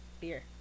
Beer